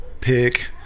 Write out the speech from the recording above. pick